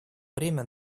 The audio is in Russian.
время